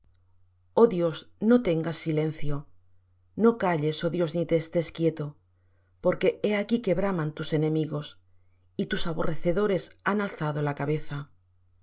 dios no tengas silencio no calles oh dios ni te estés quieto porque he aquí que braman tus enemigos y tus aborrecedores han alzado cabeza